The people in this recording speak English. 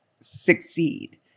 succeed